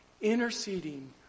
interceding